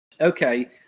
Okay